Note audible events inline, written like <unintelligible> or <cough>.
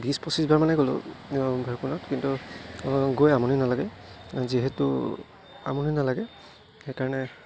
বিছ পঁচিছ বাৰ মানে গ'লোঁ <unintelligible> কিন্তু গৈ আমনি নালাগে যিহেতু আমনি নালাগে সেইকাৰণে